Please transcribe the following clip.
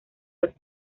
los